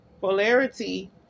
polarity